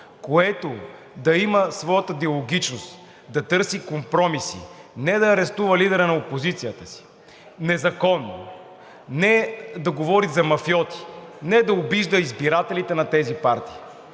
което да има своята диалогичност, да търси компромиси, а не да арестува незаконно лидера на опозицията си, не да говори за мафиоти, не да обижда избирателите на тези партии.